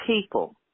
people